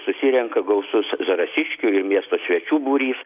susirenka gausus zarasiškių ir miesto svečių būrys